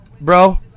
bro